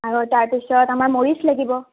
আৰু তাৰপিছত আমাৰ মৰিচ লাগিব